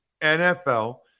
NFL